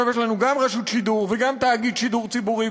עכשיו יש לנו גם רשות שידור וגם תאגיד שידור ציבורי,